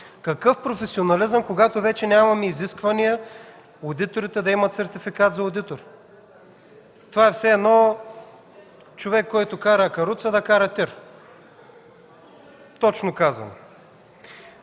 Какъв професионализъм, когато вече нямаме изисквания одиторите да имат сертификат за одитори? Това е все едно човек, който кара каруца, да кара ТИР – точно казано.